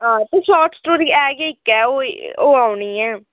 हां ते short story एह् गै इक्कै ओह् ओह् औनी ऐ